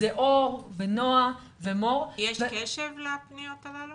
זה אור ונעה ומור --- יש קשב לפניות הללו